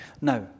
Now